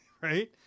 right